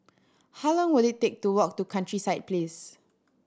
how long will it take to walk to Countryside Place